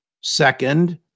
Second